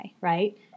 right